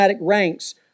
ranks